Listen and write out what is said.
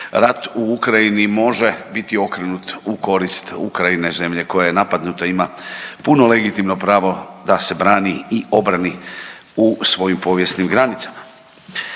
rat u Ukrajini može biti okrenut u korist Ukrajine, zemlje koja je napadnuta i ima puno legitimno pravo da se brani i obrani u svojim povijesnim granicama.